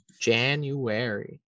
january